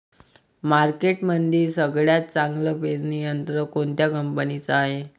मार्केटमंदी सगळ्यात चांगलं पेरणी यंत्र कोनत्या कंपनीचं हाये?